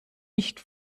nicht